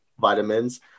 vitamins